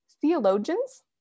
theologians